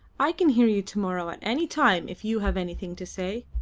i can hear you to-morrow at any time if you have anything to say.